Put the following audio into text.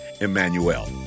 Emmanuel